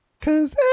Cause